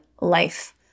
life